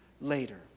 later